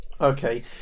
okay